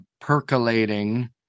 percolating